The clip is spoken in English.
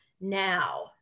now